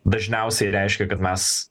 dažniausiai reiškia kad mes